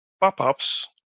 pop-ups